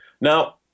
Now